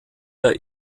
der